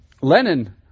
Lenin